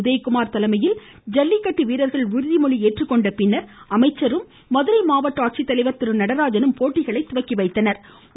உதயகுமார் தலைமையில் ஜல்லிக்கட்டு வீரர்கள் உறுதிமொழி ஏற்றுக்கொண்டபின்னர் அமைச்சரும் மாவட்ட ஆட்சித்தலைவரும் போட்டிளை துவக்கிவைத்தனா்